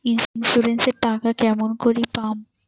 Insurance এর টাকা কেমন করি পাম?